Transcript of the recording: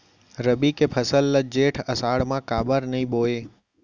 रबि के फसल ल जेठ आषाढ़ म काबर नही बोए?